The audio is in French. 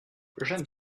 j’aime